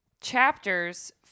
Chapters